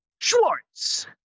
Schwartz